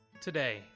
Today